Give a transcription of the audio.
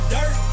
Dirt